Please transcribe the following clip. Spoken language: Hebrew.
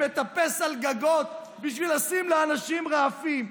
שמטפס על גגות בשביל לשים לאנשים רעפים,